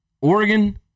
Oregon